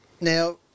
Now